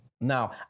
Now